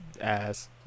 Ass